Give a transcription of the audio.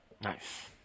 nice